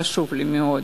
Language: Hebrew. זה חשוב לי מאוד.